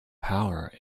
power